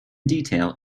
detail